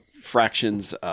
fractions